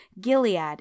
Gilead